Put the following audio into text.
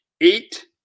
eight